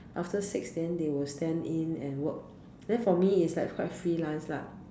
after six then they will stand in and work then for me it's like quite freelance lah